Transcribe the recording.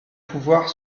pouvoir